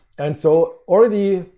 and so already,